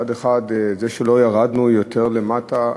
מצד אחד, זה שלא ירדנו יותר למטה,